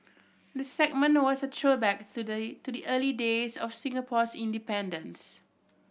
the segment was a throwback to the early days of Singapore's independence